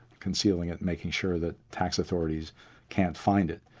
concealing it, making sure that tax authorities can't find it.